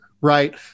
right